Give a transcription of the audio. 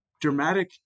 dramatic